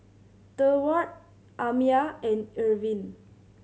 Durward Amiah and Irvin